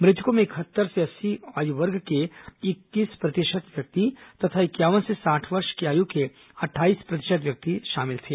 मृतकों में इकहत्तर से अस्सी आयु वर्ग के इकतीस प्रतिशत व्यक्ति तथा इंक्यावन से साठ वर्ष की आयु के अट्ठाईस प्रतिशत व्यक्ति थे